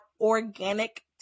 organic